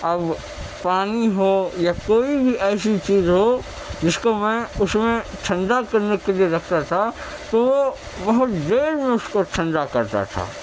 اب پانی ہو یا کوئی بھی ایسی چیز ہو جس کو میں اس میں ٹھنڈا کرنے کے لیے رکھتا تھا تو بہت دیر میں اس کو ٹھنڈا کرتا تھا